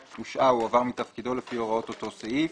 שהושעה או הועבר מתפקידו לפ הוראות אותו סעיף.